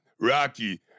Rocky